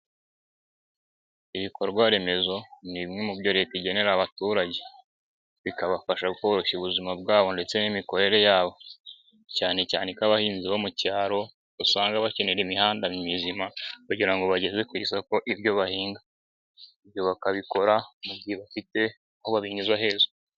Ibikorwaremezo ni bimwe mu byo Leta igenera abaturage. Bikabafasha koroshya ubuzima bwabo ndetse n'imikorere yabo. Cyane cyane ko abahinzi bo mu cyaro, usanga bakenera imihanda mizima, kugira ngo bageze ku isoko ibyo bahinga. Ibyo bakabikora mu gihe bafite aho babinyuza heza.